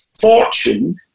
fortune